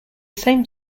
same